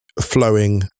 flowing